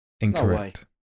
Incorrect